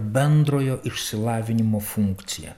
bendrojo išsilavinimo funkcija